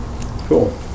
Cool